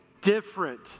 different